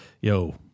yo